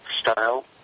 style